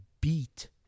beat